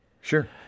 Sure